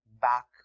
back